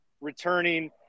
returning